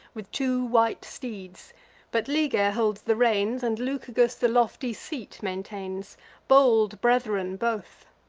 with two white steeds but liger holds the reins, and lucagus the lofty seat maintains bold brethren both.